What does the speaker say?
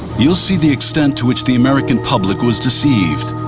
you'll see the extent to which the american public was deceived.